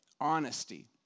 honesty